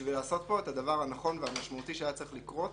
בשביל לעשות פה את הדבר הנכון והמשמעותי שהיה צריך לקרות.